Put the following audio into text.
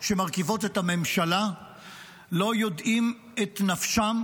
שמרכיבות את הממשלה לא יודעים את נפשם,